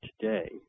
today